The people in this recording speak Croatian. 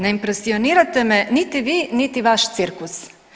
Ne impresionirate me niti vi, niti vaš cirkus.